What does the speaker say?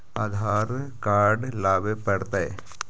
आधार card लाबे पड़तै?